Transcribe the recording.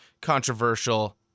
controversial